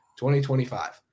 2025